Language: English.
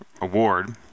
Award